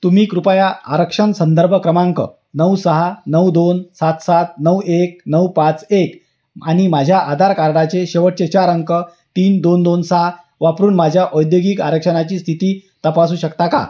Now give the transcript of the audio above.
तुम्ही कृपया आरक्षण संदर्भ क्रमांक नऊ सहा नऊ दोन सात सात नऊ एक नऊ पाच एक आणि माझ्या आधार कार्डाचे शेवटचे चार अंक तीन दोन दोन सहा वापरून माझ्या औद्योगिक आरक्षणाची स्थिती तपासू शकता का